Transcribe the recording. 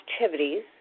activities